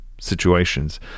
situations